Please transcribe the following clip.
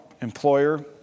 employer